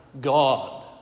God